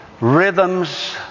rhythms